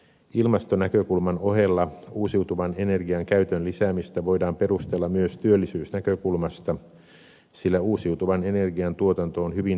ilmastonäkökulman ohella uusiutuvan energian käytön lisäämistä voidaan perustella myös työllisyysnäkökulmasta sillä uusiutuvan energian tuotanto on hyvin työvoimaintensiivistä